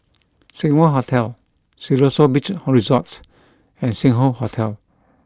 Seng Wah Hotel Siloso Beach Resort and Sing Hoe Hotel